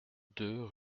deux